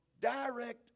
Direct